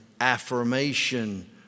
affirmation